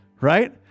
right